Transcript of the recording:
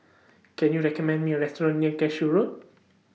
Can YOU recommend Me A Restaurant near Cashew Road